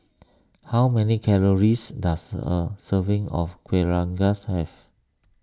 how many calories does a serving of Kueh Rengas have